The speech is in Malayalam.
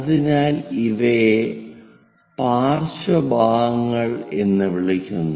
അതിനാൽ ഇവയെ പാർശ്വഭാഗങ്ങൾ എന്ന് വിളിക്കുന്നു